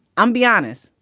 i'm be honest.